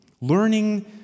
learning